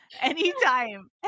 Anytime